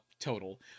total